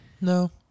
No